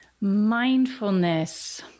Mindfulness